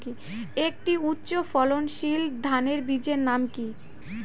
একটি উচ্চ ফলনশীল ধানের বীজের নাম কী?